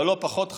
אבל לא פחות חמור,